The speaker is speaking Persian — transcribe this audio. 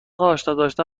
آشناداشتن